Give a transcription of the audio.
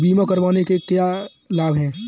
बीमा करवाने के क्या क्या लाभ हैं?